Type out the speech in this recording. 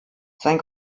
sein